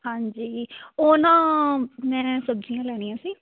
ਹਾਂਜੀ ਉਹ ਨਾ ਮੈਂ ਸਬਜ਼ੀਆਂ ਲੈਣੀਆਂ ਸੀ